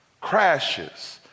crashes